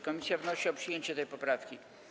Komisja wnosi o przyjęcie tej poprawki.